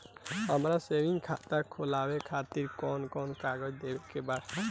हमार सेविंग खाता खोलवावे खातिर कौन कौन कागज देवे के पड़ी?